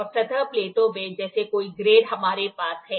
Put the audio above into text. और सतह प्लेटों में जैसे कई ग्रेड हमारे पास हैं